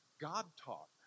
God-talk